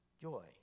Joy